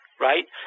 right